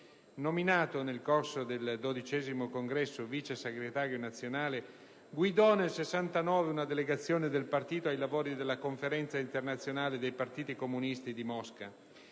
Nominato nel corso del XII Congresso vice segretario nazionale, guidò nel 1969 una delegazione del partito ai lavori della Conferenza internazionale dei partiti comunisti che